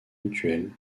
mutuelle